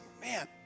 man